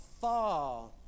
far